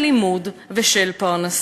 של לימוד ושל פרנסה.